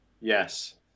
Yes